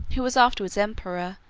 who was afterwards emperor,